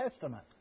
Testament